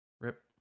Rip